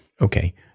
Okay